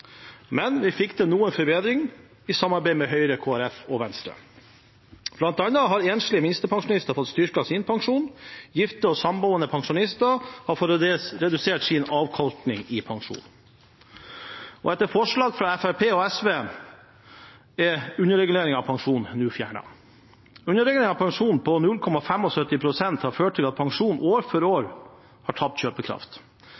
men vi fikk til noe forbedring i samarbeid med Høyre, Kristelig Folkeparti og Venstre. Blant annet har enslige minstepensjonister fått styrket sin pensjon, gifte og samboende pensjonister har fått redusert sin avkorting i pensjonen, og etter forslag fra Fremskrittspartiet og SV er underreguleringen av pensjonen nå fjernet. Underreguleringen av pensjonen på 0,75 pst. har ført til at pensjonister år for